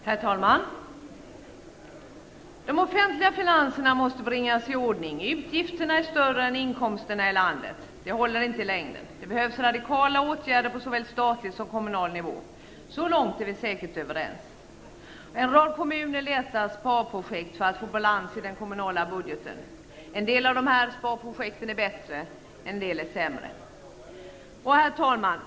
Herr talman! De offentliga finanserna måste bringas i ordning. Utgifterna är större än inkomsterna i landet. Det håller inte i längden. Det behövs radikala åtgärder på såväl statlig som kommunal nivå. Så långt är vi säkert överens. En rad kommuner letar sparprojekt för att få balans i den kommunala budgeten. En del av sparprojekten är bättre, en del är sämre. Herr talman!